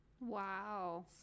Wow